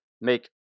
make